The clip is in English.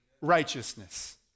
righteousness